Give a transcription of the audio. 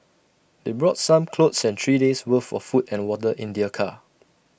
they brought some clothes and three days' worth of food and water in their car